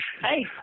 Hey